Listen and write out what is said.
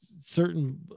certain